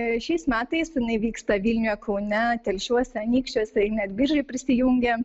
šiais metais jinai vyksta vilniuje kaune telšiuose anykščiuose ir net biržai prisijungė